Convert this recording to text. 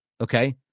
okay